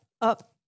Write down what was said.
up